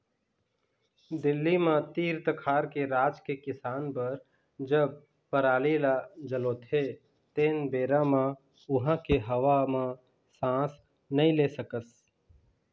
दिल्ली म तीर तखार के राज के किसान बर जब पराली ल जलोथे तेन बेरा म उहां के हवा म सांस नइ ले सकस